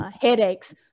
headaches